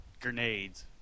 grenades